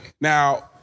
Now